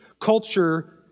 culture